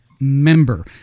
member